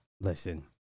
listen